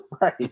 Right